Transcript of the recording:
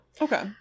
Okay